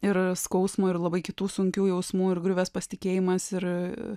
ir skausmo ir labai kitų sunkių jausmų ir griuvęs pasitikėjimas ir